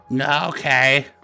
Okay